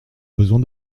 besoin